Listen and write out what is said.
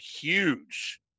huge